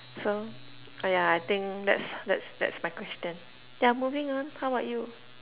so !aiya! yeah I think that's that's that's my question yeah moving on how about you